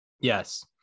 Yes